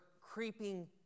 creeping